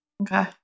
Okay